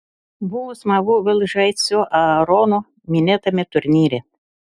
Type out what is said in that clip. buvo smagu vėl žaisti su aaronu minėtame turnyre